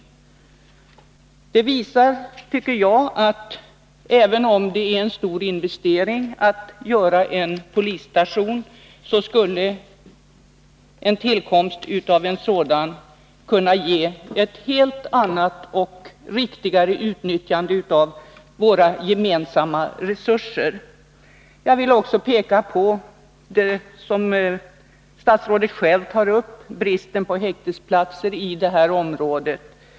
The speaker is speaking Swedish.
Detta visar att en ny polisstation — även om det är en stor investering att bygga en sådan — skulle ge ett helt annat och riktigare utnyttjande av våra gemensamma resurser. Jag vill också peka på det som statsrådet själv tar upp, bristen på häktesplatser i det här området.